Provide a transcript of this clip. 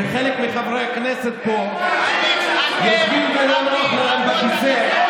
וחלק מחברי הכנסת פה יושבים ולא נוח להם בכיסא,